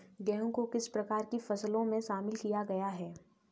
गेहूँ को किस प्रकार की फसलों में शामिल किया गया है?